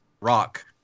Rock